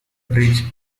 bridge